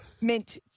meant